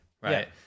right